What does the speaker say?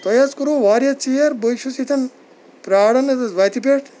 تۄہہِ حظ کوٚروٕ واریاہ ژیر بٔے چھُس ییٚتٮ۪ن پیاران ییٚتٮ۪س وَتہِ پٮ۪ٹھ